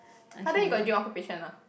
!huh! then you got dream occupation ah